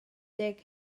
deg